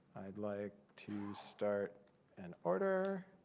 i'd like to start an order.